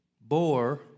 bore